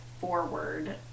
forward